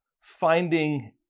finding